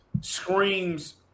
screams